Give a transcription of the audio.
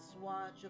watch